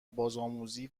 بازآموزی